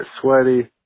sweaty